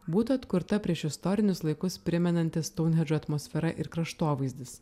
būtų atkurta priešistorinius laikus primenanti stounhendžo atmosfera ir kraštovaizdis